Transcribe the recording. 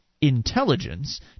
intelligence